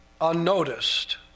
unnoticed